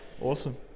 awesome